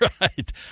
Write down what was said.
right